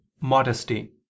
modesty